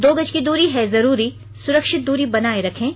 दो गज की दूरी है जरूरी सुरक्षित दूरी बनाए रखें